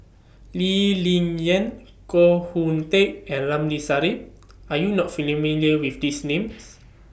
Lee Ling Yen Koh Hoon Teck and Ramli Sarip Are YOU not with These Names